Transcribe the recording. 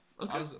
Okay